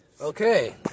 Okay